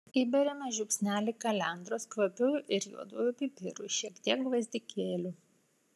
įberiame žiupsnelį kalendros kvapiųjų ir juodųjų pipirų šiek tiek gvazdikėlių